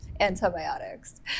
antibiotics